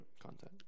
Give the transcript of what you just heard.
content